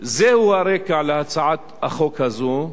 זהו הרקע להצעת החוק הזו.